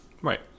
Right